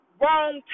wrong